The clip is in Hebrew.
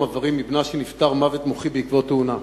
איברים של בנה שנפטר מוות מוחי בעקבות תאונה.